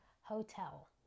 Hotel